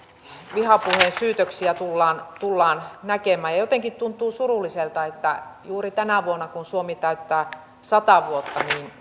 vihapuhesyytöksiä tullaan tullaan näkemään jotenkin tuntuu surulliselta että juuri tänä vuonna kun suomi täyttää sata vuotta